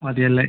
മതി അല്ലേ